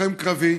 לוחם קרבי.